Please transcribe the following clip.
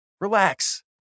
Relax